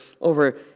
over